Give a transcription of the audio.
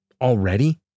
already